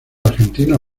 argentino